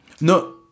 No